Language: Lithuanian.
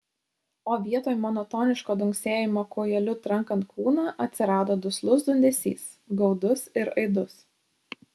o vietoj monotoniško dunksėjimo kūjeliu trankant kūną atsirado duslus dundesys gaudus ir aidus